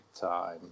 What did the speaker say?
time